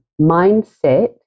Mindset